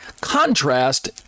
contrast